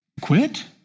Quit